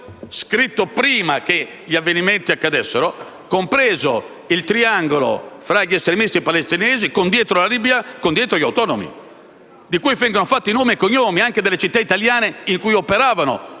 scritto prima che gli avvenimenti accadessero, compreso il triangolo fra gli estremisti palestinesi, con dietro la Libia e gli autonomi, di cui vengono fatti nomi e cognomi, comprese le città italiane in cui questi